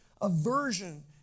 aversion